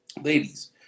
ladies